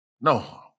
No